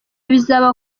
bizaba